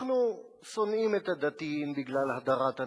אנחנו שונאים את הדתיים בגלל הדרת הנשים.